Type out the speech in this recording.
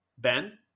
Ben